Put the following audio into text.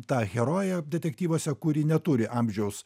ta herojė detektyvuose kuri neturi amžiaus